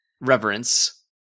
reverence